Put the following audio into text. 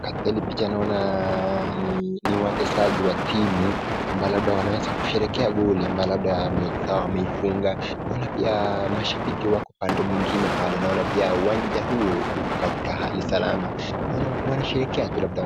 katika hili picha naona niwachezaji wa timu ambalo labda wanaweza kusherehekea goli ambao labda mwenzao ameifunga naona pia mashapiki wako upande mwingine pale, naona pia uwanja huo ukokatika hali salama naona wanasherehekea tu labda